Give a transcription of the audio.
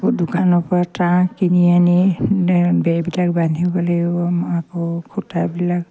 আকৌ দোকানৰ পৰা তাঁৰ কিনি আনি বেৰবিলাক বান্ধিব লাগিব আকৌ খুঁটাবিলাক